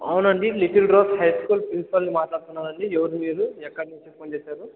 అవునండీ little rose high school ప్రిన్సిపాల్ని మాట్లాడుతున్నానండి ఎవరు మీరు ఎక్కడ నుంచి ఫోన్ చేసారు